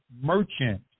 merchant